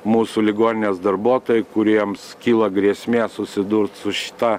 mūsų ligoninės darbuotojai kuriems kyla grėsmė susidurt su šita